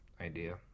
idea